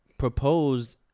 proposed